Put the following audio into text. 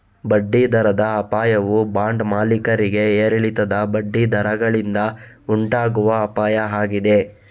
ಬಡ್ಡಿ ದರದ ಅಪಾಯವು ಬಾಂಡ್ ಮಾಲೀಕರಿಗೆ ಏರಿಳಿತದ ಬಡ್ಡಿ ದರಗಳಿಂದ ಉಂಟಾಗುವ ಅಪಾಯ ಆಗಿದೆ